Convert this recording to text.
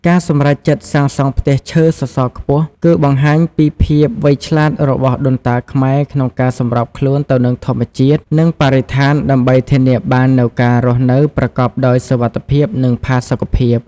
ការសម្រេចចិត្តសាងសង់ផ្ទះឈើសសរខ្ពស់ គឺបង្ហាញពីភាពវៃឆ្លាតរបស់ដូនតាខ្មែរក្នុងការសម្របខ្លួនទៅនឹងធម្មជាតិ និងបរិស្ថាន ដើម្បីធានាបាននូវការរស់នៅប្រកបដោយសុវត្ថិភាព និងផាសុកភាព ។